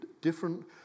different